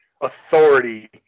authority